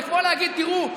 זה כמו להגיד: תראו,